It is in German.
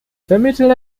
vermitteln